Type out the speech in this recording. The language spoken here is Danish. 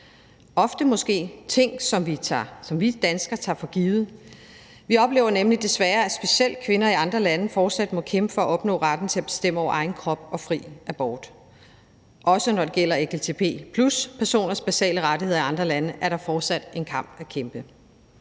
ofte måske ting, som vi danskere tager for givet, for vi oplever nemlig desværre, at specielt kvinder i andre lande fortsat må kæmpe for at opnå retten til at bestemme over egen krop og retten til fri abort. Også når det gælder lgbt+-personers basale rettigheder i andre lande, er der fortsat en kamp at kæmpe.